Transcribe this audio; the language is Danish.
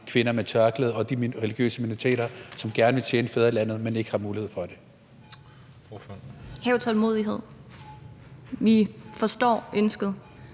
kvinder med tørklæde og de religiøse minoriteter, som gerne vil tjene fædrelandet, men ikke har mulighed for det? Kl. 11:55 Den fg. formand